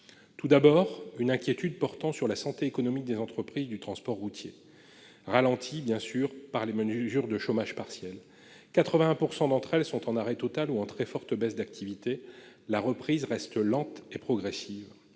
Tout d'abord, une inquiétude portant sur la santé économique des entreprises de transport routier. Alors qu'elles sont ralenties par les mesures de chômage partiel- 81 % d'entre elles sont en arrêt total ou connaissent une très forte baisse d'activité -, la reprise est lente et progressive.